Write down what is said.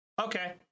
Okay